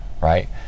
right